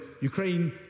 Ukraine